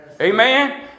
Amen